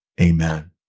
Amen